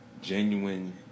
genuine